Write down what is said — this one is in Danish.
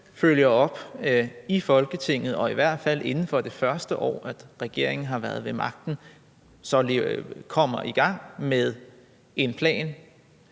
følger op i Folketinget og i hvert fald inden for det første år, regeringen har været ved magten, kommer i gang med en plan.